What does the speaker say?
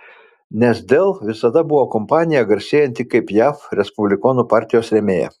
nes dell visada buvo kompanija garsėjanti kaip jav respublikonų partijos rėmėja